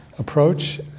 Approach